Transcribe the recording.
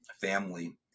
family